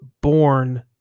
born